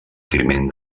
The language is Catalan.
climent